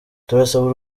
turasaba